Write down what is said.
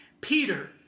Peter